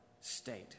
state